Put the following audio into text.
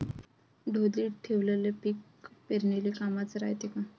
ढोलीत ठेवलेलं पीक पेरनीले कामाचं रायते का?